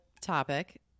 topic